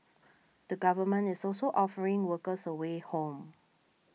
the government is also offering workers a way home